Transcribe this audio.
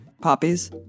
poppies